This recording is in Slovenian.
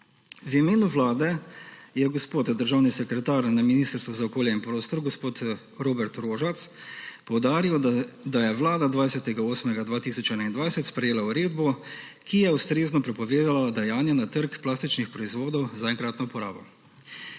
V imenu Vlade je gospod državni sekretar na Ministrstvu za okolje in prostor gospod Robert Rožac poudaril, da je Vlada 20. 8. 2021 sprejela uredbo, ki je ustrezno prepovedala dajanje na trg plastičnih proizvodov za enkratno uporabo.